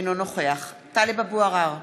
אינו נוכח טלב אבו עראר,